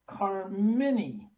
Carmini